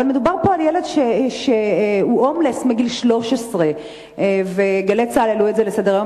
ומדובר פה על ילד שהוא הומלס מגיל 13. ב"גלי צה"ל" העלו את זה לסדר-היום,